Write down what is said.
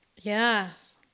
Yes